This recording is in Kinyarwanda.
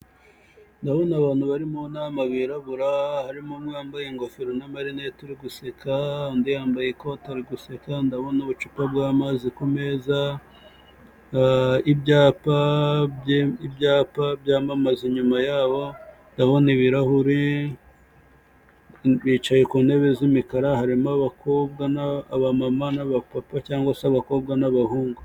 Ndabona abantu bari mu nama birabura, harimo umwe wambaye ingofero na marinete uri guseka; undi yambaye ikote ari guseka, ndabona ubucupa bw'amazi ku meza, ibyapa byamamaza inyuma yabo, ndabona ibirahuri. Bicaye ku ntebe z'imikara, harimo abakobwa, abamama n'abapapa, cyangwa se abakobwa n'abahungu.